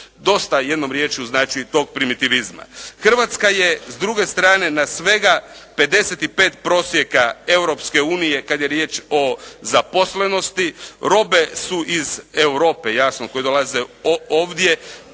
Dosta je jednom riječju tog primitivizma. Hrvatska je s druge strane na svega 55 prosjeka Europske unije kad je riječ o zaposlenosti, robe su iz Europe jasno koje dolaze ovdje